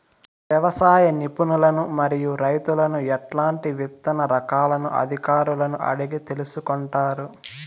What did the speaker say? వ్యవసాయ నిపుణులను మరియు రైతులను ఎట్లాంటి విత్తన రకాలను అధికారులను అడిగి తెలుసుకొంటారు?